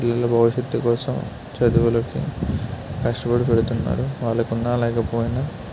పిల్లల భవిష్యత్తు కోసం చదువులకి కష్టపడి పెడుతున్నారు వాళ్ళకున్నా లేకపోయినా